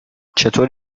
چطور